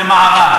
זה מערב.